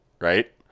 right